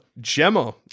Gemma